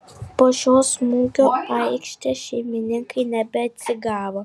po šio smūgio aikštės šeimininkai nebeatsigavo